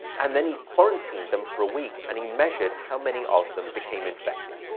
and then he quarantined them for a week. and he measured how many of them became infected.